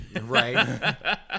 right